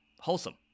wholesome